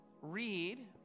Read